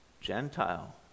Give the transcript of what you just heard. Gentile